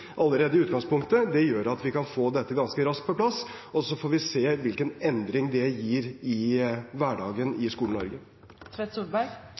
allerede i utgangspunktet, gjør at vi kan få dette ganske raskt på plass, og så får vi se hvilken endring det gir i hverdagen